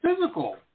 physical